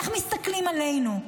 איך מסתכלים עלינו?